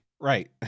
Right